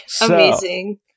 Amazing